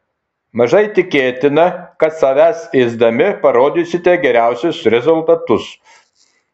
mažai tikėtina kad save ėsdami parodysite geriausius rezultatus